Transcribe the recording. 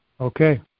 Okay